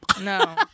no